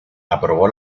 aprobó